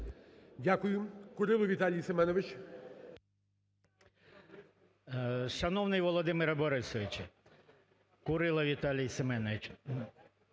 Дякую.